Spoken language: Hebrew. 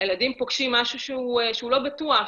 הילדים פוגשים משהו שהוא לא בטוח,